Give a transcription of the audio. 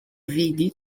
vidi